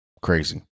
Crazy